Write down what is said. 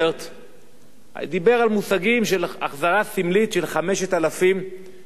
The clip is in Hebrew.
דיבר על החזרה סמלית של 5,000 פליטים בשנה.